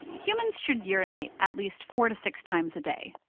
humans should urinate at least four to six times a day,